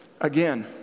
Again